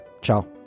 Ciao